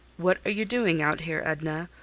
what are you doing out here, edna?